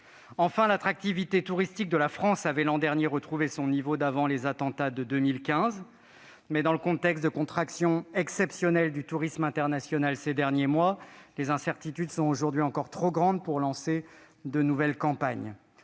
Enfin, l'attractivité touristique de la France avait, l'an dernier, retrouvé son niveau d'avant les attentats de 2015, mais, dans le contexte de contraction exceptionnelle du tourisme international ces derniers mois, les incertitudes sont encore trop grandes pour lancer de nouvelles campagnes.